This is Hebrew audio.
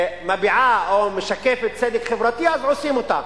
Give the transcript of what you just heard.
מביעה או משקפת צדק חברתי, אז עושים אותה,